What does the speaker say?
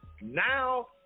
Now